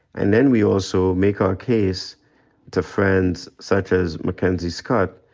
and then we also make our case to friends such as mackenzie scott,